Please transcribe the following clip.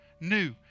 new